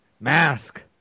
mask